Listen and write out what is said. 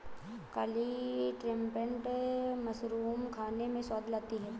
काली trumpet mushroom खाने में स्वाद लाती है